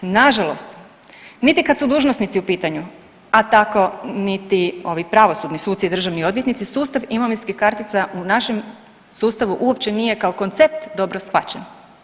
Nažalost, niti kad su dužnosnici u pitanju, a tako niti ovi pravosudni suci i državni odvjetnici, sustav imovinskih kartica u našem sustavu uopće nije kao koncept dobro shvaćen.